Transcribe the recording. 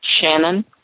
Shannon